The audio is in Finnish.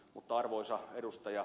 mutta arvoisa ed